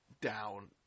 down